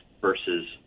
versus